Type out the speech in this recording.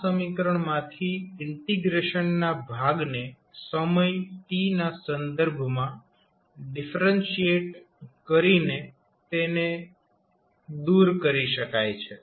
આ સમીકરણમાંથી ઈન્ટીગ્રેશન ના ભાગને સમય t ના સંદર્ભમાં ડિફરન્શિએટ કરીને તેને દૂર કરી શકાય છે